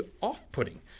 off-putting